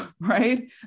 right